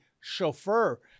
chauffeur